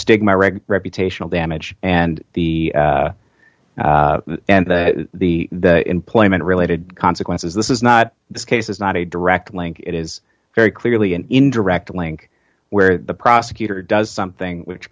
stigma reg reputational damage and the and the employment related consequences this is not the case is not a direct link it is very clearly an indirect link where the prosecutor does something which